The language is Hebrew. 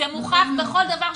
זה מוכח בכל דבר.